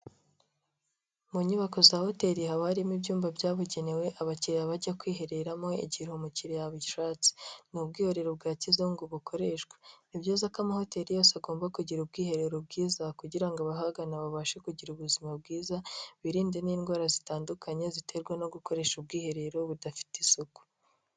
Mu nyubako za hoteli haba harimo ibyumba byabugenewe abakiliriya bajya kwihereramo igihe umukiriya abishatse. Ni ubwiherero bwa kizungu bukoreshwa. Ni byiza ko amahoteli yose agomba kugira ubwiherero bwiza kugira ngo abahagana babashe kugira ubuzima bwiza, birinde n'indwara zitandukanye ziterwa no gukoresha ubwiherero budafite isuku.